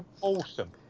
awesome